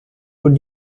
would